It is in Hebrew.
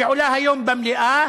שעולה היום במליאה: